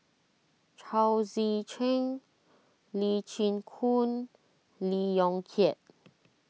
Chao Tzee Cheng Lee Chin Koon Lee Yong Kiat